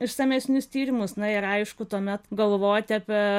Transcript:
išsamesnius tyrimus na ir aišku tuomet galvoti apie